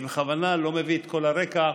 אני בכוונה לא מביא את כל הרקע,